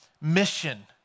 mission